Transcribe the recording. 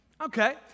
Okay